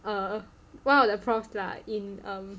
err one of the profs lah in um